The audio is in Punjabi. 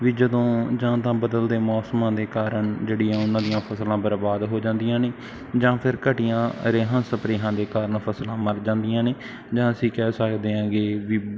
ਵੀ ਜਦੋਂ ਜਾਂ ਤਾਂ ਬਦਲਦੇ ਮੌਸਮਾਂ ਦੇ ਕਾਰਨ ਜਿਹੜੀਆਂ ਉਹਨਾਂ ਦੀਆਂ ਫਸਲਾਂ ਬਰਬਾਦ ਹੋ ਜਾਂਦੀਆਂ ਨੇ ਜਾਂ ਫਿਰ ਘਟੀਆਂ ਰੇਹਾਂ ਸਪਰੇਹਾਂ ਦੇ ਕਾਰਨ ਫਸਲਾਂ ਮਰ ਜਾਂਦੀਆਂ ਨੇ ਜਾਂ ਅਸੀਂ ਕਹਿ ਸਕਦੇ ਹਾਂ ਕਿ ਵੀ